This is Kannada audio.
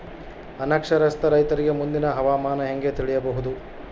ಅನಕ್ಷರಸ್ಥ ರೈತರಿಗೆ ಮುಂದಿನ ಹವಾಮಾನ ಹೆಂಗೆ ತಿಳಿಯಬಹುದು?